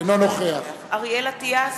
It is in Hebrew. אינו נוכח אריאל אטיאס,